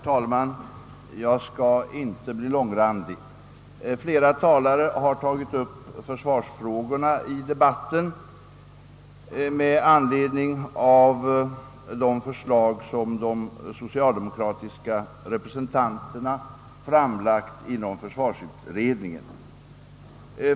Herr talman! Flera talare har tagit upp försvarsfrågorna i debatten med anledning av de förslag som de socialdemokratiska representanterna lagt fram i försvarsutredningen.